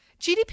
GDP